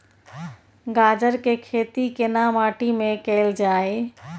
गाजर के खेती केना माटी में कैल जाए?